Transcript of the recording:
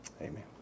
Amen